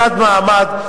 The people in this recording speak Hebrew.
בתת-מעמד,